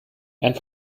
and